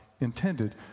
intended